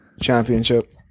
championship